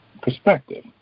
perspective